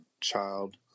child